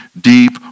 deep